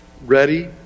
ready